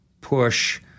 push